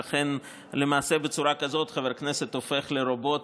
ובצורה כזאת חבר הכנסת הופך לרובוט